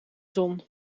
zon